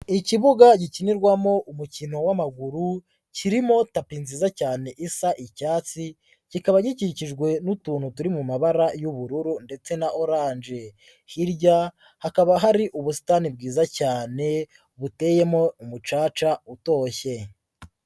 Ikibuga gikinirwamo umukino w'amaguru kirimo tapi nziza cyane isa icyatsi, kikaba gikikijwe n'utuntu turi mu mabara y'ubururu ndetse na oranje, hirya hakaba hari ubusitani bwiza cyane buteyemo umucaca utoshye.